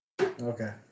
Okay